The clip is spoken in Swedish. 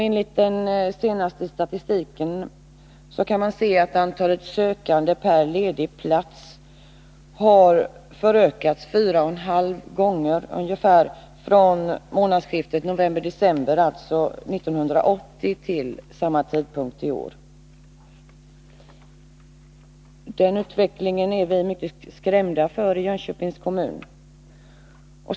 Enligt den senaste statistiken har antalet sökande per ledig plats ökat fyra och en halv gång från månadsskiftet november-december 1980 till samma tidpunkt i år. Den utvecklingen är vi i Jönköpings kommun mycket skrämda över.